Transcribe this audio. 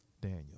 daniel